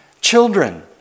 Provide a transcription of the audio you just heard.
Children